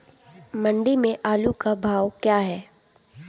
मंडी में आलू का भाव क्या है?